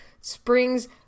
springs